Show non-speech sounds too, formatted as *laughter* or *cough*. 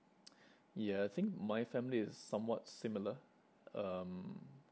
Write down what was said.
*noise* ya I think my family is somewhat similar um